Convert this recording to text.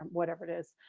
whatever it is,